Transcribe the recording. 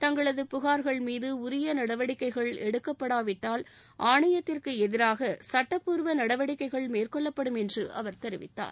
தங்களது புகார்கள் மீது உரிய நடவடிக்கைகள் எடுக்கப்படாவிட்டால் ஆணையத்திற்கு எதிராக சட்டப்பூர்வ நடவடிக்கைகள் மேற்கொள்ளப்படும் என்று அவர் தெரிவித்தார்